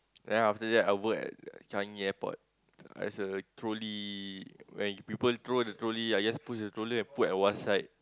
then after that I work at Changi Airport as the trolley when you people throw the trolley I just take the trolley and put at one side